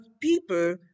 people